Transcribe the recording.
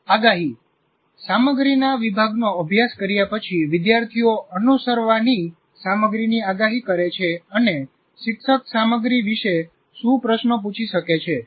આગાહી સામગ્રીના વિભાગનો અભ્યાસ કર્યા પછી વિદ્યાર્થીઓ અનુસરવાની સામગ્રીની આગાહી કરે છે અને શિક્ષક સામગ્રી વિશે શું પ્રશ્નો પૂછી શકે છે